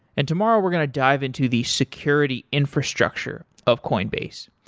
and tomorrow we're going to dive into the security infrastructure of coinbase.